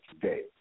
today